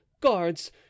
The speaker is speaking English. guards